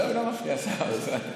לא, לא מפריע, סתם, סתם.